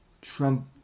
Trump